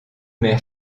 mère